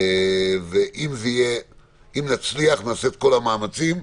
ואם נצליח, נעשה את כל המאמצים.